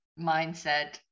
mindset